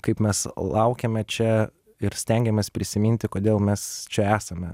kaip mes laukiame čia ir stengiamės prisiminti kodėl mes čia esame